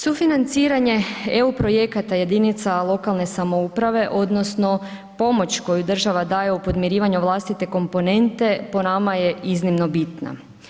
Sufinanciranje EU projekata jedinica lokalne samouprave odnosno pomoć koju država daje u podmirivanju vlastite komponente, po nama je iznimno bitna.